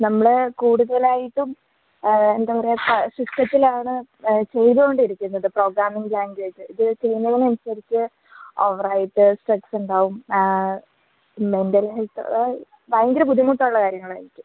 നമ്മൾ കൂടുതലായിട്ടും എന്താ പറയുക സിസ്റ്റത്തിലാണ് ചെയ്തോണ്ടിരക്കുന്നത് പ്രോഗ്രാമിംഗ് ലാംഗ്വേജ് ഇത് ചെയ്യുന്നതിന് അനുസരിച്ച് ഓവറായിട്ട് സ്ട്രെക്സ്ണ്ടാവും മെൻ്റൽ ഹെൽത്ത് ഭയങ്കര ബുദ്ധിമുട്ടുള്ള കാര്യങ്ങളായിരിക്കും